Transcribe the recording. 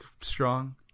strong